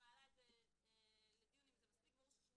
את זה לדיון אם זה היה מספיק ברור ששימוש